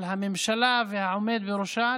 של הממשלה והעומד בראשה,